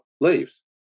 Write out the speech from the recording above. leaves